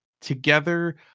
Together